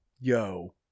Yo